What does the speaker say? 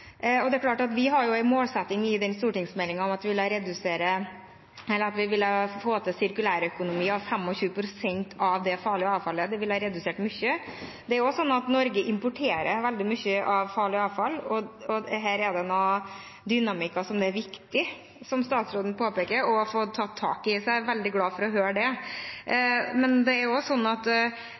Det er klart at vi har en målsetting i den stortingsmeldingen om at vi vil få til sirkulær økonomi av 25 pst. av det farlige avfallet. Det ville ha redusert mye. Norge importerer veldig mye farlig avfall. Her er det noen dynamikker som det er viktig, som statsråden påpeker, å få tatt tak i. Jeg er veldig glad for å høre det. I Raudsand i Møre og Romsdal startet man denne diskusjonen på et slags minusbudsjett, fordi folk er redde allerede. Det er